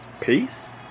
Peace